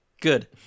Good